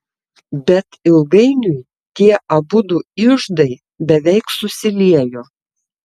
bet ilgainiui tie abudu iždai beveik susiliejo